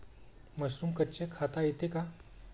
Mushroom कच्चे खाता येते का?